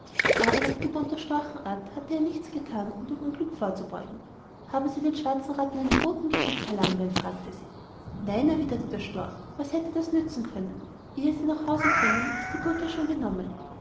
aber nach gewohnter storchenart hatte er nichts getan um dem unglück vorzubeugen habensiedenschwarzenratteneinenbotengeschickt herr langbein fragte sie nein erwiderte der storch was hätte das auch nützen können ehe sie nach hause kommen ist die burg ja schon genommen